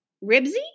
Ribsy